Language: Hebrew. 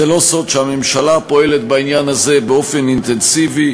זה לא סוד שהממשלה פועלת בעניין הזה באופן אינטנסיבי,